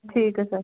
ਠੀਕ ਐ ਸਰ